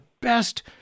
best